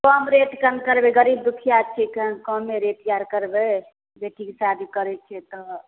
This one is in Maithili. कम रेट कम करबै गरीब दुखिआ छिए कनि कमे रेट करबै बेटीके शादी करै छिए तऽ